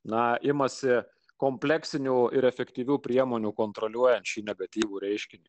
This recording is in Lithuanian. na imasi kompleksinių ir efektyvių priemonių kontroliuojant šį negatyvų reiškinį